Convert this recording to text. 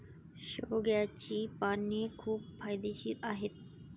शेवग्याची पाने खूप फायदेशीर आहेत